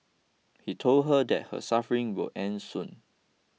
he told her that her suffering would end soon